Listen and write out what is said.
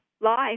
life